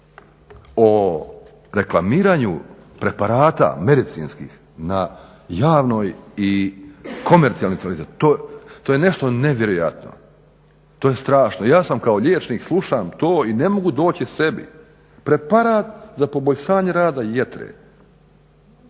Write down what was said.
O reklamiranju preparata medicinskih na javnoj i komercijalnim televizijama to je nešto nevjerojatno, to je strašno. Ja kao liječnik slušam to i ne mogu doći sebi. Preparat za poboljšanje rada jetre,